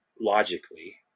Logically